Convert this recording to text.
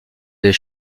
des